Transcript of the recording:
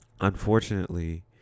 unfortunately